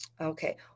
okay